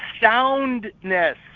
soundness